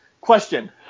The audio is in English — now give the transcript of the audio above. question –